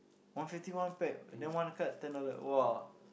one fifty one pack then one card ten dollar !wah!